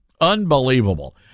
Unbelievable